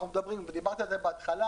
ודיברתי על זה בהתחלה.